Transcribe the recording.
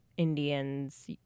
Indians